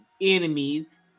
enemies